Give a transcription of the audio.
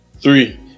three